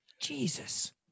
Jesus